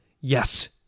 Yes